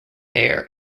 air